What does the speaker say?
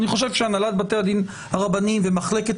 אני חושב שהנהלת בתי הדין הרבניים ומחלקת